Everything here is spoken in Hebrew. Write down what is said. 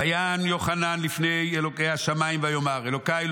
ויען יוחנן ויאמר לפני אלוקי השמיים: אלוקיי,